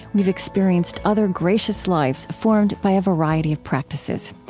we've experienced other gracious lives formed by a variety of practices.